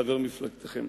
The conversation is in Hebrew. חבר מפלגתכם.